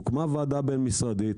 הוקמה ועדה בין-משרדית,